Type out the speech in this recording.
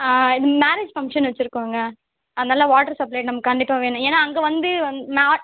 ஆ marriage function வச்சுருக்கோங்க அதனாலே water supply நமக்கு கண்டிப்பாக வேணும் ஏனால் அங்கே வந்து வந் நா